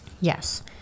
yes